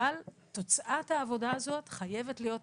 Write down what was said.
אבל תוצאת העבודה הזאת חייבת להיות כזאת,